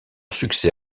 succès